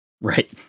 Right